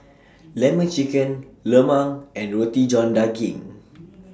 Lemon Chicken Lemang and Roti John Daging